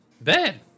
bad